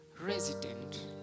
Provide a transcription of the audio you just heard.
resident